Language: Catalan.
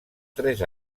tres